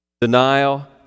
Denial